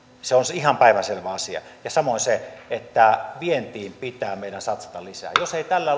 se on ihan päivänselvä asia samoin on se että vientiin pitää meidän satsata lisää jos ei tällä